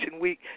Week